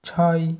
ছয়